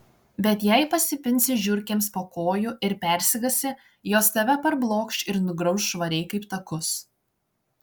bet jei pasipinsi žiurkėms po kojų ir persigąsi jos tave parblokš ir nugrauš švariai kaip takus